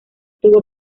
tuvo